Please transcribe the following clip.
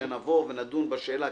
לכשנבוא ונדון בשאלה,